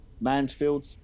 Mansfield